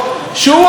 מה הפלא,